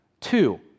Two